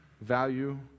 value